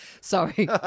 Sorry